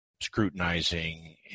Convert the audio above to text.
scrutinizing